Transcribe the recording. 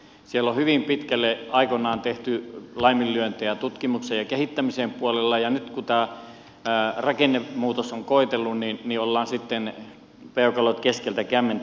siellä on hyvin pitkälle aikoinaan tehty laiminlyöntejä tutkimuksen ja kehittämisen puolella ja nyt kun tämä rakennemuutos on koetellut niin ollaan sitten peukalot keskellä kämmentä